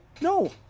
No